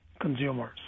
consumers